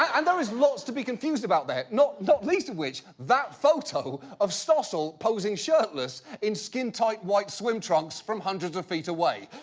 and there is lots to be confused about there, not not least of which, that photo of stossel posing shirtless in skin-tight white swim trunks from hundreds of feet away.